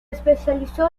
especializó